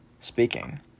speaking